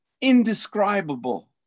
indescribable